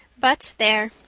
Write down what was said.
but there,